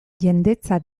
jendetza